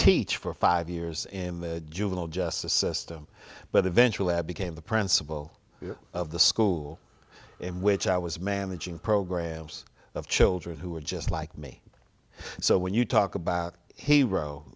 teach for five years in the juvenile justice system but eventually i became the principal of the school in which i was managing programs of children who were just like me so when you talk about he